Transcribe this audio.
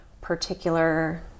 particular